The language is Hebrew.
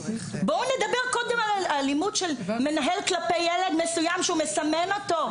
בואו נדבר קודם על אלימות של ילד כלפי ילד מסוים שהוא מסמן אותו.